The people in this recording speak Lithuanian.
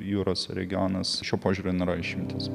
jūros regionas šiuo požiūriu nėra išimtis